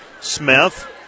Smith